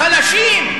חלשים.